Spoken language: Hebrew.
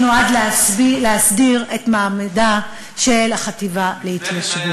שנועד להסדיר את מעמדה של החטיבה להתיישבות.